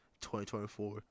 2024